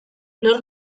nor